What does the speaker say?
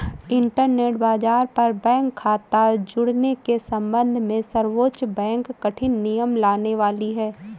internet बाज़ार पर bank खता जुड़ने के सम्बन्ध में सर्वोच्च बैंक कठिन नियम लाने वाली है